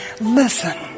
listen